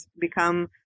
become